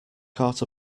caught